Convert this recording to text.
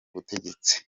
butegetsi